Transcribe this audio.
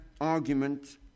argument